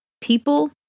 people